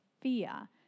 fear